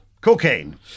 Cocaine